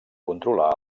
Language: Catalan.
controlar